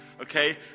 okay